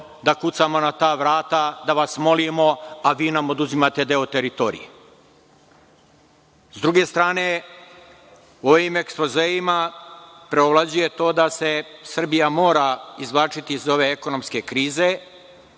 da kucamo na ta vrata, da vas molimo, a vi nam oduzimate deo teritorije?S druge strane, u ovim ekspozeima preovlađuje to da se Srbija mora izvlačiti iz ove ekonomske krize,